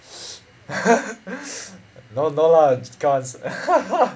no no lah because